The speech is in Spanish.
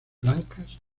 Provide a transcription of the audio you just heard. blancas